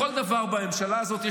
כל דבר בממשלה הזאת,